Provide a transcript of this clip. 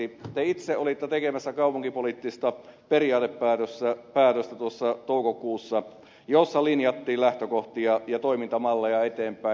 te itse olitte tekemässä toukokuussa kaupunkipoliittista peliä radisson radi status saa periaatepäätöstä jossa linjattiin lähtökohtia ja toimintamalleja eteenpäin